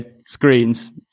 screens